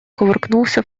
кувыркнулся